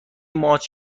ماچ